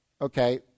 okay